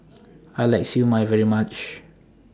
I like Siew Mai very much